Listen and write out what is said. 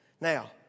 Now